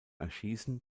erschießen